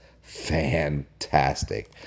fantastic